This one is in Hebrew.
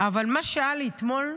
אבל מה שהיה לי אתמול,